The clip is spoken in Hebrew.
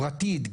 חברתית,